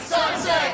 Sunset